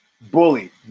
bully